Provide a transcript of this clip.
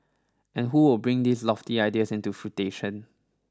and who will bring these lofty ideas into fruition